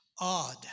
odd